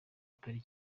atari